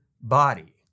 body